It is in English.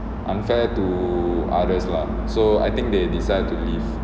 unfair to others lah so I think they decided to leave